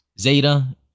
Zeta